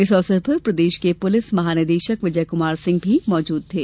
इस अवसर पर प्रदेश के पुलिस महानिदेशक विजय कुमार सिंह भी उपस्थित थे